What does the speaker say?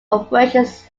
operations